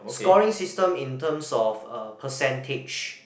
scoring system in terms of uh percentage